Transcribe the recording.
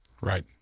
Right